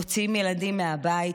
מוציאים ילדים מהבית,